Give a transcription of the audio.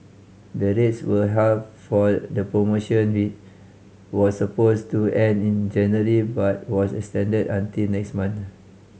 the rates were halved for the promotion which was supposed to end in January but was extended until next month